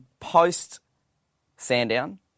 post-Sandown